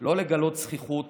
לא לגלות זחיחות